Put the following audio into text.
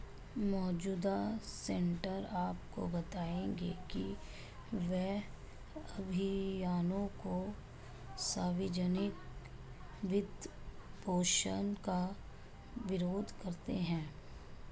मौजूदा सीनेटर आपको बताएंगे कि वे अभियानों के सार्वजनिक वित्तपोषण का विरोध करते हैं